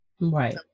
Right